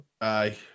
Aye